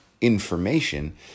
information